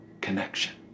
connection